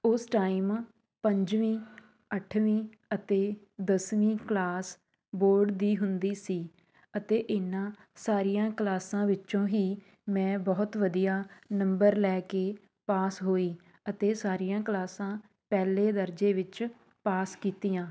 ਉਸ ਟਾਈਮ ਪੰਜਵੀਂ ਅੱਠਵੀਂ ਅਤੇ ਦਸਵੀਂ ਕਲਾਸ ਬੋਰਡ ਦੀ ਹੁੰਦੀ ਸੀ ਅਤੇ ਇਹਨਾਂ ਸਾਰੀਆਂ ਕਲਾਸਾਂ ਵਿੱਚੋਂ ਹੀ ਮੈਂ ਬਹੁਤ ਵਧੀਆ ਨੰਬਰ ਲੈ ਕੇ ਪਾਸ ਹੋਈ ਅਤੇ ਸਾਰੀਆਂ ਕਲਾਸਾਂ ਪਹਿਲੇ ਦਰਜੇ ਵਿੱਚ ਪਾਸ ਕੀਤੀਆਂ